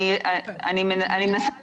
אני מנסה לענות,